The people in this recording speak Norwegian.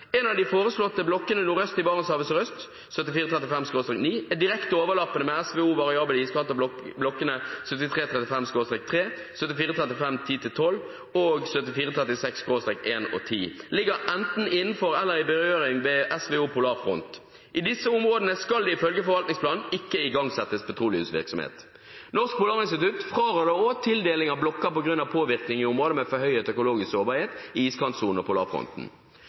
«En av de foreslåtte blokkene nordøst i Barentshavet sørøst er direkte overlappende med SVO Variabel iskant og blokkene 7335/3, 7435/10-12 og 7436/1,10 ligger enten innenfor eller er i berøring med SVO Polarfront. I disse områdene skal det i følge Forvaltningsplanen ikke igangsettes petroleumsvirksomhet.» Norsk Polarinstitutt fraråder også tildeling av blokker på grunn av påvirkning av områder med forhøyet økologisk sårbarhet i iskantsonen og